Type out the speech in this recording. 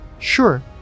Sure